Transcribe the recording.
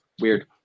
weird